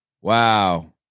Wow